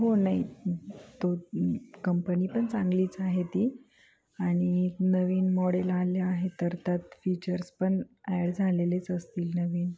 हो नाही तो कंपनी पण चांगलीच आहे ती आणि नवीन मॉडेल आले आहे तर त्यात फीचर्स पण ॲड झालेलेच असतील नवीन